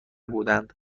بودند